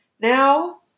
Now